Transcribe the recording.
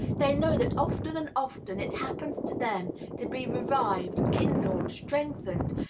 they know that often and often it happens to them to be revived, kindled, strengthened,